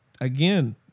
again